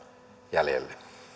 jäljelle arvoisa